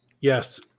Yes